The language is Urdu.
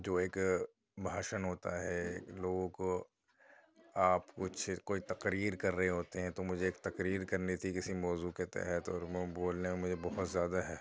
جو ایک بھاشن ہوتا ہے لوگوں کو آپ کچھ کوئی تقریر کر رہے ہوتے ہیں تو مجھے ایک تقریر کرنی تھی کسی موضوع کے تحت اور بولنے میں مجھے بہت زیادہ